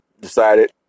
decided